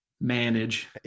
manage